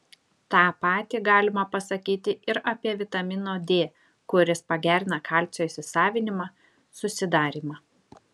tą patį galima pasakyti ir apie vitamino d kuris pagerina kalcio įsisavinimą susidarymą